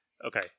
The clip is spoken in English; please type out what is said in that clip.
okay